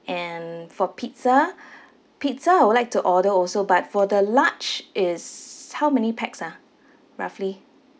and for pizza pizza I would like to order also but for the large is how many pax ah roughly